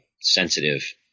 sensitive